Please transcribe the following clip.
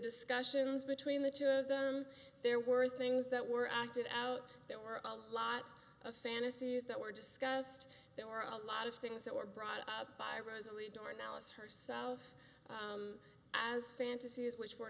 discussions between the two of them there were things that were acted out there were a lot of fantasies that were discussed there were a lot of things that were brought up by rosalie door analysis herself as fantasies which were